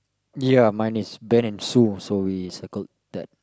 ya mine is Ben and Sue so we circled that